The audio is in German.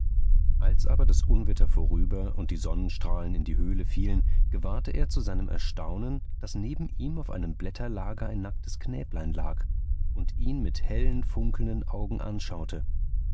als aber das unwetter vorüber und die sonnenstrahlen in die höhle fielen gewahrte er zu seinem erstaunen daß neben ihm auf einem blätterlager ein nacktes knäblein lag und ihn mit hellen funkelnden augen anschaute